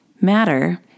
Matter